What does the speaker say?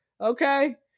Okay